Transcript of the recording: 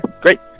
great